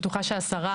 תראה זה הליכה,